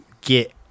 get